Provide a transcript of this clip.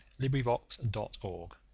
LibriVox.org